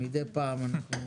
מדי פעם אנחנו,